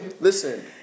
Listen